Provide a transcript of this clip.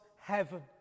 heaven